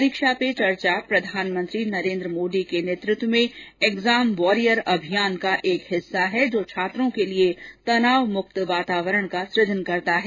परीक्षा पे चर्चा प्रधानमंत्री नरेंद्र मोदी के नेतृत्व में एग्जाम वॉरियर अभियान का एक हिस्सा है जो छात्रों के लिए तनावमुक्त वातावरण का सुजन करता है